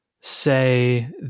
say